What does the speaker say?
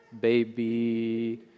baby